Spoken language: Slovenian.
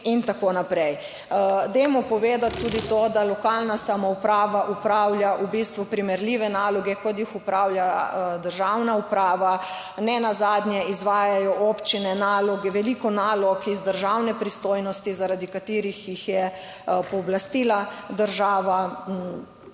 in tako naprej? Dajmo povedati tudi to, da lokalna samouprava opravlja v bistvu primerljive naloge, kot jih opravlja državna uprava. Nenazadnje izvajajo občine naloge, veliko nalog iz državne pristojnosti, zaradi katerih jih je pooblastila država.